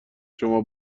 شما